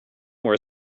where